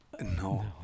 No